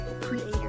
creator